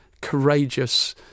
courageous